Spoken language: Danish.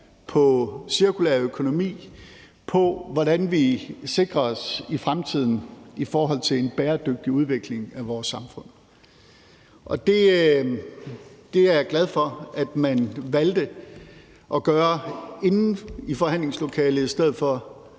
på cirkulær økonomi og på, hvordan vi sikrer os i fremtiden i forhold til en bæredygtig udvikling af vores samfund. Det er jeg glad for at man valgte at gøre inde i forhandlingslokalet i stedet for